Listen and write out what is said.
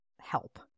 help